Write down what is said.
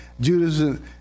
Judas